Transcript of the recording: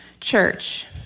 church